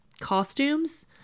Costumes